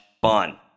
fun